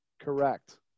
correct